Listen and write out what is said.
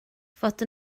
fod